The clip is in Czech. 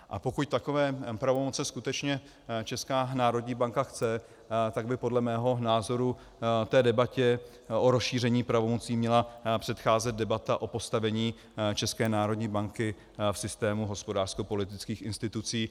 A pokud takové pravomoce skutečně Česká národní banka chce, tak by podle mého názoru té debatě o rozšíření pravomocí měla předcházet debata o postavení České národní banky v systému hospodářskopolitických institucí.